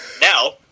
Now